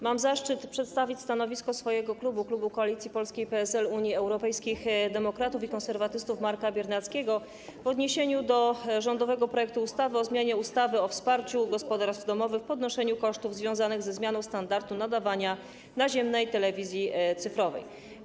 Mam zaszczyt przedstawić stanowisko swojego klubu, klubu Koalicji Polskiej - PSL, Unii Europejskich Demokratów i Konserwatystów Marka Biernackiego, w odniesieniu do rządowego projektu ustawy o zmianie ustawy o wsparciu gospodarstw domowych w ponoszeniu kosztów związanych ze zmianą standardu nadawania naziemnej telewizji cyfrowej.